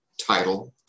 title